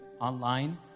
online